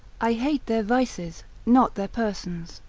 i hate their vices, not their persons.